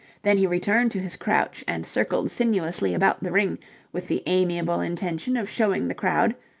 then he returned to his crouch and circled sinuously about the ring with the amiable intention of showing the crowd,